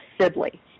Sibley